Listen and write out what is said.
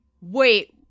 Wait